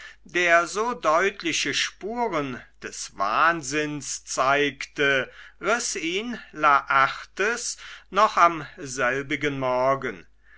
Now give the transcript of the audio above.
der so deutliche spuren des wahnsinns zeigte riß ihn laertes noch am selbigen morgen